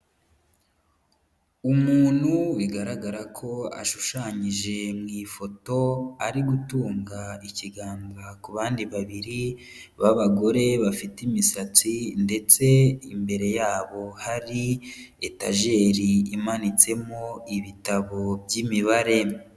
Umuntu bigaragara ko ashushanyije mu ifoto ari gutunga ikiganza ku bandi babiri b'abagore bafite imisatsi ndetse imbere yabo hari etajeri imanitsemo ibitabo by'Imibare.